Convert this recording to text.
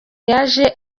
yaje